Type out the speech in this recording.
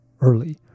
early